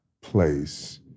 place